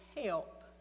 help